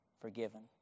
forgiven